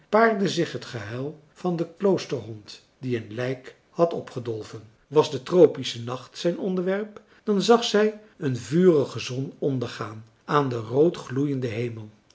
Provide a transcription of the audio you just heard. paarde zich het gehuil van den kloosterhond die een lijk had opgedolven was de tropische nacht zijn onderwerp dan zag zij een vurige zon ondergaan aan den roodgloeienden hemel